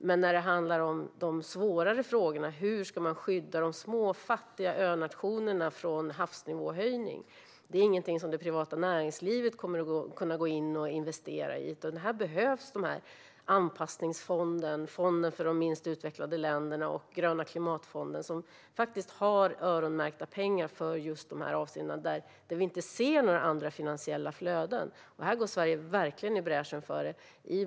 Men när det handlar om de svårare frågorna, såsom hur man ska skydda de små och fattiga önationerna från havsnivåhöjning, är det ingenting som det privata näringslivet kommer att kunna gå in och investera i, utan här behövs Anpassningsfonden, Fonden för de minst utvecklade länderna och Gröna klimatfonden, som har öronmärkta pengar för detta. Vi ser inte några andra finansiella flöden. Sverige går verkligen i bräschen för det här.